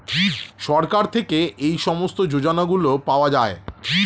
সরকার থেকে এই সমস্ত যোজনাগুলো পাওয়া যায়